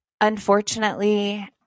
unfortunately